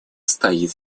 стоит